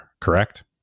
correct